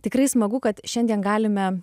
tikrai smagu kad šiandien galime